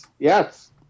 Yes